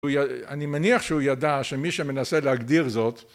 אני מניח שהוא ידע שמי שמנסה להגדיר זאת